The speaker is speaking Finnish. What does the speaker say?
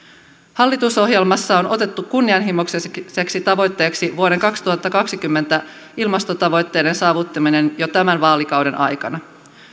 hallitusohjelmassa on otettu kunnianhimoiseksi tavoitteeksi vuoden kaksituhattakaksikymmentä ilmastotavoitteiden saavuttaminen jo tämän vaalikauden aikana